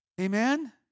amen